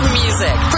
music